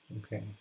okay